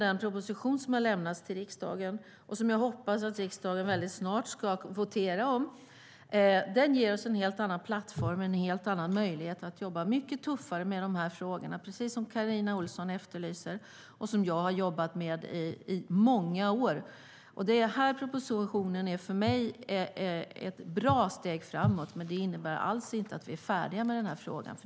Den proposition som har lämnats till riksdagen och som jag hoppas att riksdagen mycket snart ska votera om ger oss en helt annan plattform och en helt annan möjlighet att jobba mycket tuffare med de här frågorna, precis som Carina Ohlsson efterlyser. Jag har jobbat med detta i många år. Den här propositionen är för mig ett bra steg framåt, men det innebär alls inte att vi är färdiga med frågan.